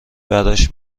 براش